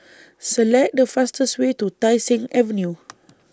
Select The fastest Way to Tai Seng Avenue